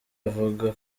avuga